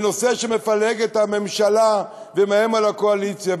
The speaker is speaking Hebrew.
בנושא שמפלג את הממשלה ומאיים על הקואליציה,